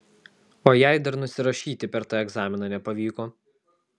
o jei dar nusirašyti per tą egzaminą nepavyko